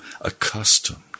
accustomed